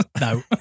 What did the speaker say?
no